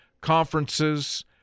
conferences